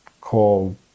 called